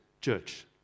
church